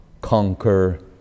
conquer